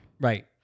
Right